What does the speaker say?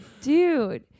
dude